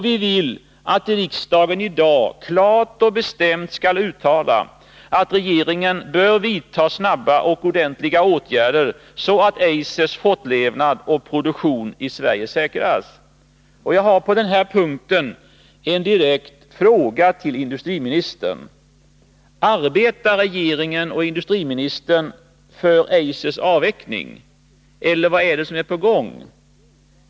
Vi vill att riksdagen i dag klart och bestämt skall uttala att regeringen bör vidta snabba och ordentliga åtgärder, så att Eisers fortlevnad och produktion i Sverige säkras. Jag vill på den här punkten ställa en direkt fråga till industriministern: Arbetar regeringen och industriministern för Eisers avveckling eller vad är det som är på gång?